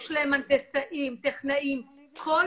יש להם הנדסאים,